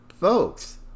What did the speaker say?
folks